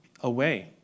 away